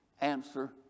answer